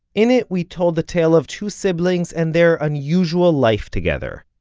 in it, we told the tale of two siblings and their unusual life together.